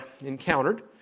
encountered